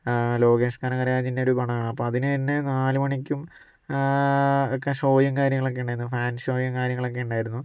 ലോകേഷ് കനകരാജിൻ്റെ ഒരു പടമാണ് അപ്പം അതിന് എന്നെ നാല് മണിക്കും ക്കെ ഷോയും കാര്യങ്ങളൊക്കെ ഉണ്ടായിരുന്നു ഫാൻസ് ഷോയും കാര്യങ്ങളുമൊക്കെ ഉണ്ടായിരുന്നു